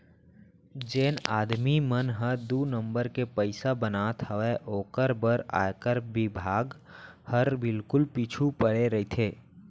जेन आदमी मन ह दू नंबर के पइसा बनात हावय ओकर बर आयकर बिभाग हर बिल्कुल पीछू परे रइथे